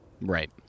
right